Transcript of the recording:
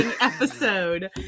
episode